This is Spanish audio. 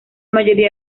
mayoría